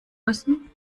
müssen